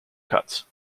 cuts